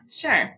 sure